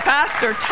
Pastor